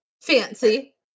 Fancy